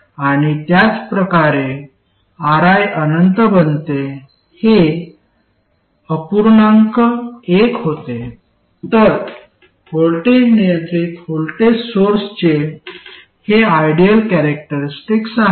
आणि त्याचप्रकारे Ri अनंत बनते हे अपूर्णांक एक होते तर व्होल्टेज नियंत्रित व्होल्टेज सोर्सचे हे आयडल कॅरॅक्टरिस्टिक्स आहे